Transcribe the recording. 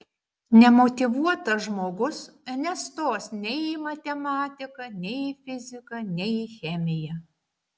nemotyvuotas žmogus nestos nei į matematiką nei į fiziką nei į chemiją